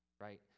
right